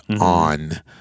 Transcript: on